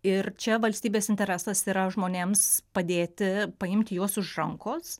ir čia valstybės interesas yra žmonėms padėti paimti juos už rankos